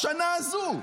השנה הזו.